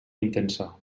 intensa